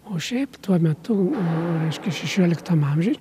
o šiaip tuo metu reiškia šešioliktam amžiuj